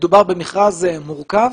מדובר במכרז מורכב